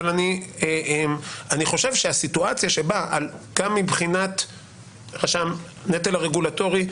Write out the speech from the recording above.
אבל אני חושב שהסיטואציה שבה גם מבחינת נטל רגולטורי,